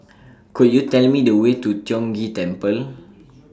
Could YOU Tell Me The Way to Tiong Ghee Temple